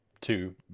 two